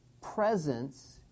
presence